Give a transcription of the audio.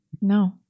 No